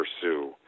pursue